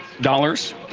dollars